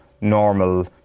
normal